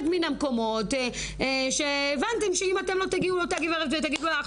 מן המקומות שהבנתם שאם אתם לא תגיעו לאותה גברת ותגידו לה,